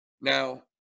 Now